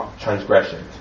transgressions